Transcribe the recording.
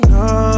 no